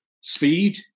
speed